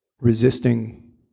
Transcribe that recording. resisting